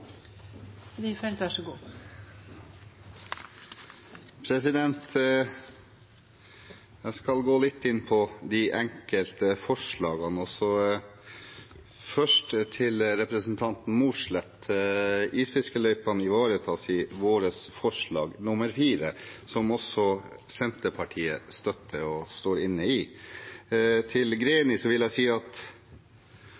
Jeg skal gå litt inn på de enkelte forslagene. Først til representanten Mossleth: Isfiskeløypene ivaretas i vårt forslag nr. 4, som også Senterpartiet støtter og er med på. Til